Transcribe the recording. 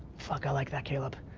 fuck, i like that, caleb.